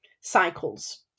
cycles